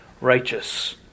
righteous